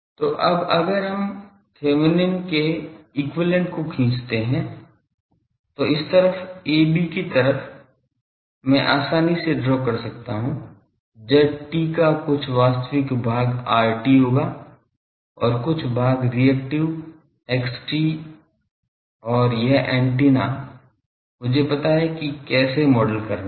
तो अब अगर हम थेवेनिन के समतुल्य को खींचते हैं तो इस तरफ a b की तरफ मैं आसानी से ड्रा कर सकता हूं ZT का कुछ वास्तविक भाग RT होगा और कुछ भाग रिएक्टिव XT और यह एंटीना मुझे पता है कि कैसे मॉडल करना है